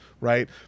right